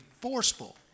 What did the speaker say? forceful